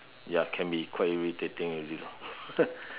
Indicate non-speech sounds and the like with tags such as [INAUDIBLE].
ya can be quite irritating already [LAUGHS]